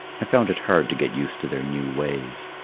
i found it hard to get used to their new ways.